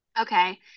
okay